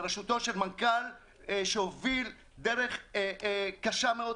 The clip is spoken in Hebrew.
של מנכ"ל המשרד שהוביל דרך קשה מאוד